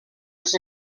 els